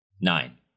Nine